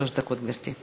עד שלוש דקות, גברתי.